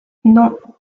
non